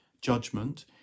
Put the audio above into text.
Judgment